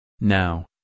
Now